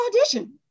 audition